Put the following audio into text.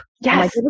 Yes